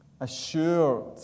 assured